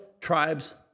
tribes